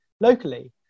locally